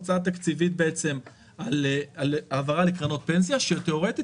הוצאה תקציבית על העברה לקרנות פנסיה שתיאורטית